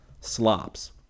Slops